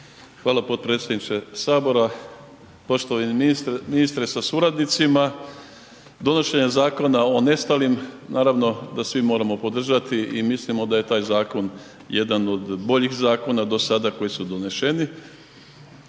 Hvala potpredsjedniče Sabora, poštovani ministre sa suradnicima. Donošenjem zakona o nestalim naravno da svi moramo podržati i mislimo da je taj zakon jedan od boljih zakona do sada koji su doneseni